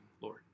Lord